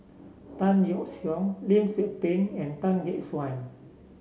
Tan Yeok Seong Lim Tze Peng and Tan Gek Suan